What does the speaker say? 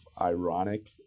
ironic